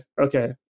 okay